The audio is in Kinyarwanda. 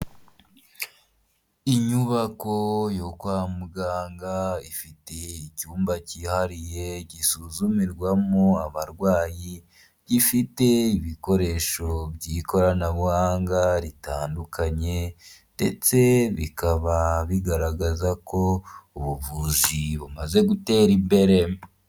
Inyubako yo kwa muganga ifite icyumba kihariye gisuzumirwamo abarwayi, gifite ibikoresho by'ikoranabuhanga ritandukanye ndetse bikaba bigaragaza ko ubuvuzi bumaze gutera imbere.